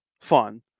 fun